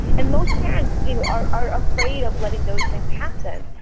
and most parents you know are are afraid of letting those things happen,